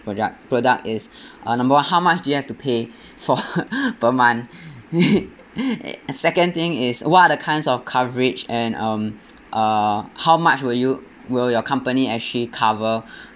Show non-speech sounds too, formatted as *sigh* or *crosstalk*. product product is uh number one how much do you have to pay for *laughs* per month *laughs* second thing is what kinds of coverage and um uh how much will you will your company actually cover